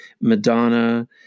Madonna